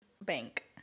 bank